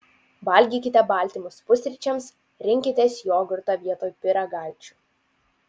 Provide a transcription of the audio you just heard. valgykite baltymus pusryčiams rinkitės jogurtą vietoj pyragaičių